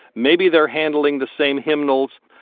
maybe they're handling the same hymnals.